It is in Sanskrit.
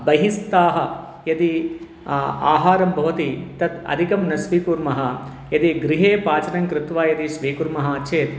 बहिस्तः यदि आहारं भवति तत् अधिकं न स्वीकुर्मः यदि गृहे पचनं कृत्वा यदि स्वीकुर्मः चेत्